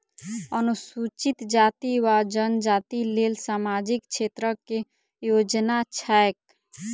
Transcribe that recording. अनुसूचित जाति वा जनजाति लेल सामाजिक क्षेत्रक केँ योजना छैक?